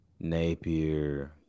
Napier